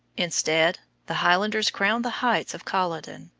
instead, the highlanders crowned the heights of culloden.